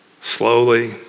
slowly